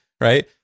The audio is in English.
Right